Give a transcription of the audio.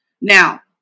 Now